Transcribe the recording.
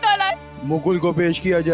like mukul get yeah